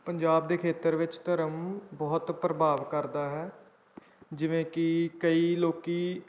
ਪੰਜਾਬ ਦੇ ਖੇਤਰ ਵਿੱਚ ਧਰਮ ਬਹੁਤ ਪ੍ਰਭਾਵ ਕਰਦਾ ਹੈ ਜਿਵੇਂ ਕਿ ਕਈ ਲੋਕ